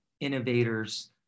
innovators